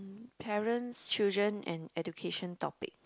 parents children and education topic